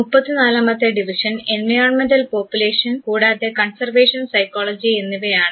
മുപ്പത്തിനാലാമത്തെ division എൻവിയോൺമെൻറൽ population കൂടാതെ conservation psychology എന്നിവയാണ്